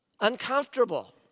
uncomfortable